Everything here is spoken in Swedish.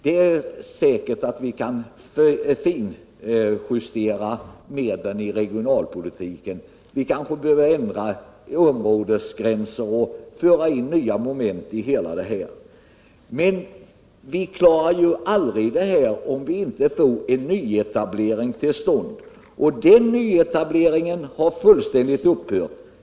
Vi kan säkert finjustera medlen i regionalpolitiken — vi kanske behöver ändra områdesgränser och föra in nya moment — men vi klarar aldrig uppgiften om vi inte får en nyetablering till stånd, och nyetableringen har fullständigt upphört.